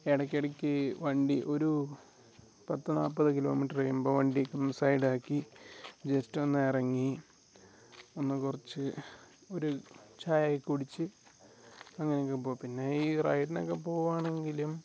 ഇടക്ക് ഇടക്ക് വണ്ടി ഒരു പത്ത് നാൽപ്പത് കിലോമീറ്ററ് കഴിയുമ്പോൾ വണ്ടീക്കൊന്ന് സൈഡാക്കി ജെസ്റ്റൊന്നെറങ്ങി ഒന്ന് കുറച്ച് ഒരു ചായയെ കുടിച്ച് അങ്ങനെക്കെ പോകാം പിന്നെ ഈ റൈഡിനെക്കെ പോവാണെങ്കിലും